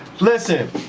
Listen